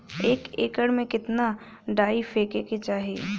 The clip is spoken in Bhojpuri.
एक एकड़ में कितना डाई फेके के चाही?